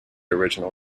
original